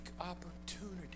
opportunity